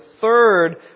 third